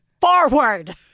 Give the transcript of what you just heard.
forward